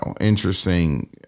interesting